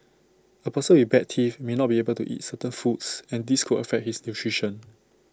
A person with bad teeth may not be able to eat certain foods and this could affect his nutrition